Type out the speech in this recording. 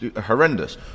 horrendous